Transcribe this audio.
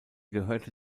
gehörte